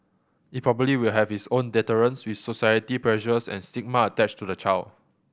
it probably will have its own deterrents with societal pressures and stigma attached to the child